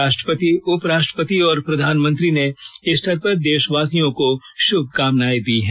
राष्ट्रपति उपराष्ट्रपति और प्रधानमंत्री ने ईस्टर पर देशवासियों को शुभकामनाएं दी हैं